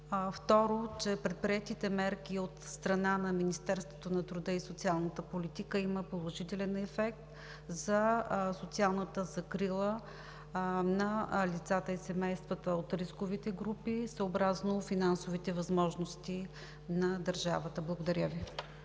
Второ, че предприетите мерки от страна на Министерството на труда и социалната политика имат положителен ефект за социалната закрила на лицата и семействата от рисковите групи съобразно финансовите възможности на държавата. Благодаря Ви.